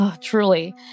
Truly